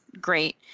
great